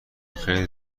خیلی